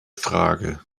frage